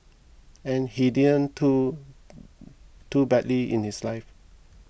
and he didn't too too badly in his life